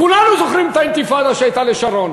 כולנו זוכרים את האינתיפאדה שהייתה לשרון.